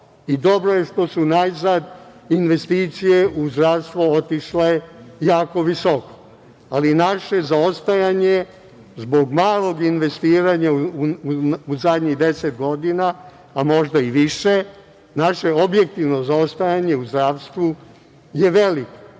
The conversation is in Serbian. i dobro je što su najzad investicije u zdravstvo otišle jako visoko, ali naše zaostajanje zbog malog investiranja u zadnjih deset godina, a možda i više, naše objektivno zaostajanje u zdravstvu je veliko.